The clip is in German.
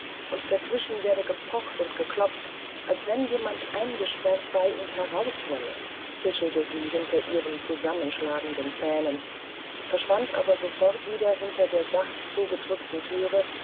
und dazwischen werde gepocht und geklopft als wenn jemand eingesperrt sei und heraus wolle zischelte sie hinter ihren zusammenschlagenden zähnen verschwand aber sofort wieder hinter der sacht zugedrückten thüre